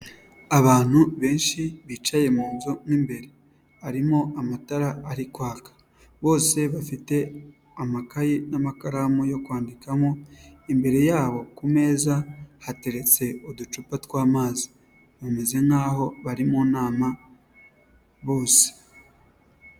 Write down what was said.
Abantu benshi bicaye mu nzu mu imbere, harimo amatara ari kwaka bose bafite amakaye n'amakaramu yo kwandikamo, imbere yabo ku meza hateretse uducupa tw'amazi, bameze nkaho bari mu nama bose.